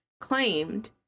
claimed